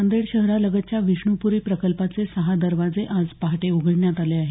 नांदेड शहरालगतच्या विष्णूप्री प्रकल्पाचे सहा दरवाजे आज पहाटे उघडण्यात आले आहेत